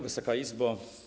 Wysoka Izbo!